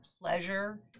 pleasure